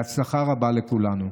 בהצלחה רבה לכולנו.